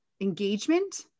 engagement